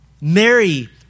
Mary